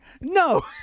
No